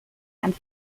and